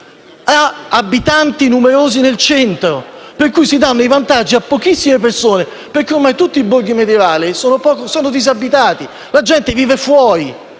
abitanti nel centro, per cui si danno i vantaggi a pochissime persone, perché ormai tutti i borghi medievali sono disabilitati. La gente vive fuori